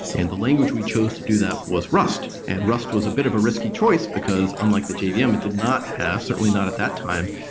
and the language we chose to do that was rust, and rust was a bit of a risky choice, because unlike the jvm, yeah um it did not have, certainly not at that time,